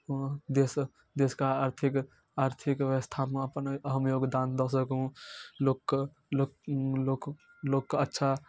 देश देशके आर्थिक आर्थिक व्यवस्थामे अपन अहम योगदान दऽ सकू लोककेँ लोक लोककेँ अच्छा